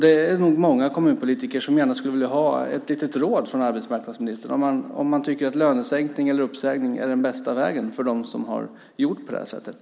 Det är nog många kommunpolitiker som gärna skulle vilja ha ett litet råd från arbetsmarknadsministern. Tycker man att lönesänkning eller uppsägning är den bästa vägen för dem som har gjort på det här sättet?